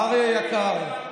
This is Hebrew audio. אריה היקר,